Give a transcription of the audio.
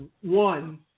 one